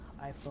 iPhone